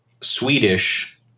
Swedish